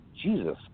Jesus